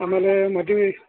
ಆಮೇಲೆ ಮದ್ವೆ